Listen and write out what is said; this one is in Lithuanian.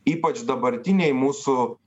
ypač dabartinėj mūsų